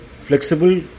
flexible